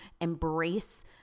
embrace